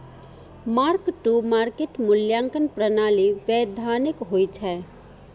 mark to market मूल्यांकन प्रणाली वैधानिक होइ छै